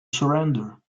surrender